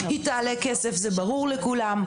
היא תעלה כסף, זה ברור לכולם.